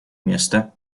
место